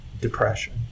depression